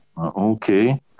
Okay